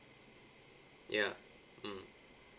ya mm